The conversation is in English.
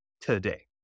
today